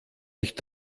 nicht